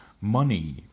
money